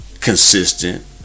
consistent